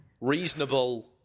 reasonable